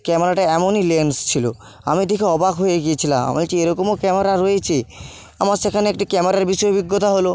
ক্যামেরাটা এমনই লেন্স ছিল আমি দেখে অবাক হয়ে গিয়েছিলাম আমি বলছি এরকমও ক্যামেরা রয়েছে আমার সেখানে একটি ক্যামেরার বিষয়ে অভিজ্ঞতা হলো